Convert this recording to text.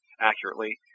accurately